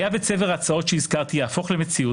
היה וצבר ההצעות שהזכרתי יהפוך למציאות,